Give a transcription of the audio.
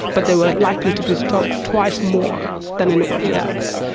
but they were likely to be stopped twice more than anybody else.